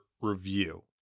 review